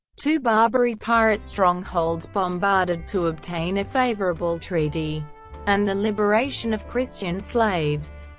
two barbary pirate strongholds, bombarded to obtain a favourable treaty and the liberation of christian slaves.